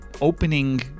opening